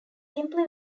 simply